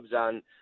on